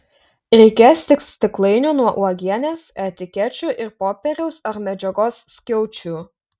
reikės tik stiklainių nuo uogienės etikečių ir popieriaus ar medžiagos skiaučių